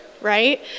right